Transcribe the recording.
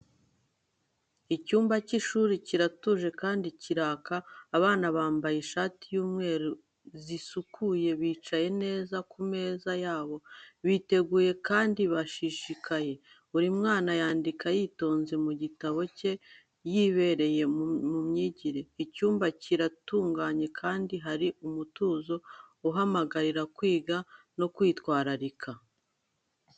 Icyumba cy’ishuri kiratuje kandi kiraka. Abana bambaye ishati z’umweru zisukuye, bicaye neza ku meza yabo, biteguye kandi bashishikaye. Buri mwana yandika yitonze mu bitabo bye, yibereye mu myigire. Icyumba kiratunganye kandi hari umutuzo uhamagarira kwiga no kwitwararika.